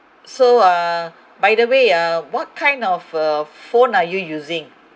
so uh by the way uh what kind of uh phone are you using